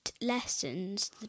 lessons